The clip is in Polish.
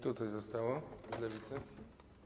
Tu coś zostało od Lewicy.